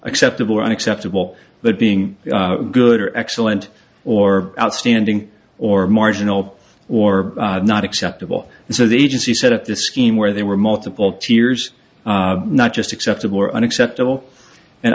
acceptable or unacceptable but being good or excellent or outstanding or marginal or not acceptable and so the agency set up this scheme where there were multiple tiers not just acceptable or unacceptable and